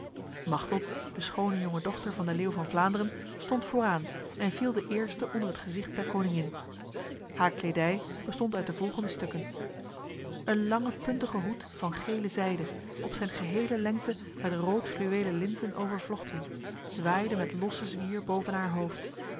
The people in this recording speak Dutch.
machteld de schone jonge dochter van de leeuw van vlaanderen stond vooraan en viel de eerste onder het gezicht der koningin haar kledij bestond uit de volgende stukken een lange puntige hoed van gele zijde op zijn gehele lengte met rood fluwelen linten overvlochten zwaaide met losse zwier boven haar hoofd